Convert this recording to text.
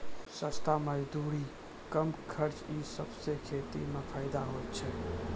सस्ता मजदूरी, कम खर्च ई सबसें खेती म फैदा होय छै